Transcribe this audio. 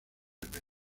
ventas